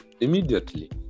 Immediately